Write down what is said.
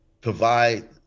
provide